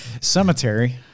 Cemetery